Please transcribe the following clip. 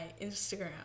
Instagram